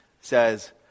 says